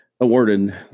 awarded